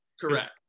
Correct